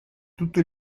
tutto